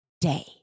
day